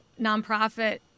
nonprofit